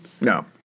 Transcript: No